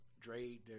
Dre